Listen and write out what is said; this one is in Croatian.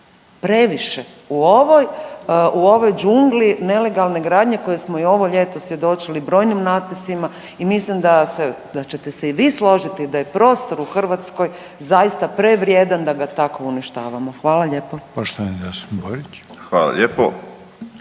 previše. U ovoj džungli nelegalne gradnje kojoj smo i ovo ljeto svjedočili, brojnim natpisima i mislim da ćete se i vi složiti da je prostor u Hrvatskoj zaista prevrijedan da ga tako uništavamo. Hvala lijepo.